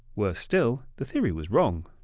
worse still, the theory was wrong.